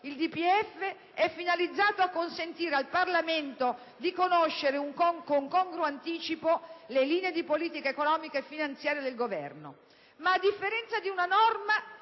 il DPEF è finalizzato a consentire al Parlamento di conoscere con congruo anticipo le linee di politica economica e finanziaria del Governo. Ma a differenza di una norma,